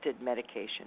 medication